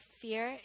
fear